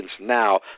now